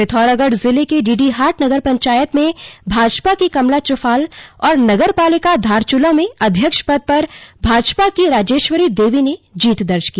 पिथौरागढ़ जिले के डीडीहाट नगर पंचायत में भाजपा की कमला चुफाल और नगर पालिका धारचूला में अध्यक्ष पद पर भाजपा की राजेश्वरी देवी ने जीत दर्ज की